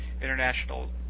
international